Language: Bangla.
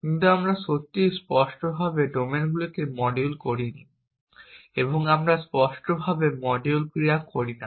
কিন্তু আমরা সত্যিই স্পষ্টভাবে ডোমেনগুলিকে মডিউল করিনি এবং আমরা স্পষ্টভাবে মডিউল ক্রিয়া করি না